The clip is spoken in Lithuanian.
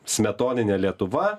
smetoninė lietuva